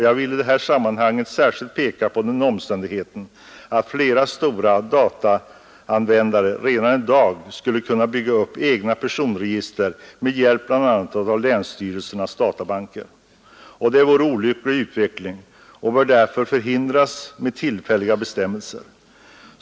Jag vill i detta sammanhang särskilt peka på den omständigheten att flera stora dataanvändare redan i dag skulle kunna bygga upp egna personregister med hjälp bl.a. av länsstyrelsernas databanker. Detta vore en olycklig utveckling och bör därför förhindras med tillfälliga bestämmelser.